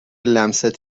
لمست